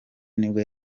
nibwo